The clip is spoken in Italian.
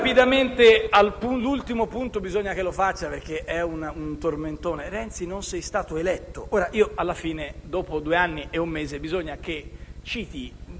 rapidamente all'ultimo punto. Bisogna che lo faccia perché è un tormentone: «Renzi non sei stato eletto». Alla fine, dopo due anni e un mese, bisogna che citi